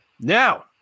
Now